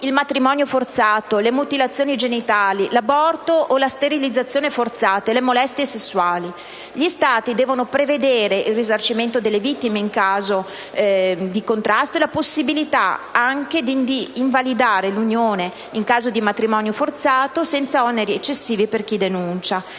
il matrimonio forzato, le mutilazioni genitali, l'aborto o la sterilizzazione forzati, le molestie sessuali. Gli Stati devono prevedere il risarcimento delle vittime in ogni caso e la possibilità, in caso di matrimonio forzato, di invalidare l'unione senza oneri eccessivi per chi denuncia.